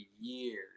years